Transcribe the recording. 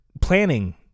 planning